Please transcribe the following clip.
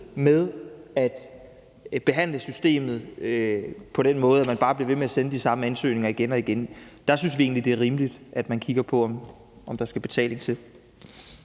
med at behandle systemet på den måde, at de bare bliver ved med at sende de samme ansøgninger igen og igen, synes vi egentlig, det er rimeligt, at man kigger på, om der skal betaling til.